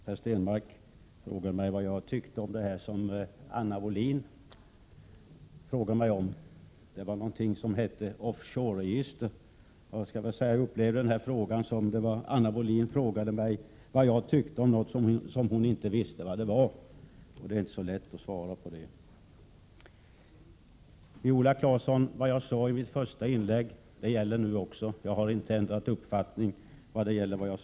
Herr talman! Per Stenmarck frågade mig vad jag tycker om det Anna Wohlin-Andersson frågade om. Det gällde någonting som heter off shore register. Om jag skall säga som jag tycker så upplever jag det som om Anna Wohlin-Andersson har frågat om någonting som hon inte visste vad det var. Då är det inte så lätt att svara. Till Viola Claesson vill jag säga att vad jag sade i mitt första inlägg gäller också nu. Jag har inte ändrat uppfattning om internationellt register.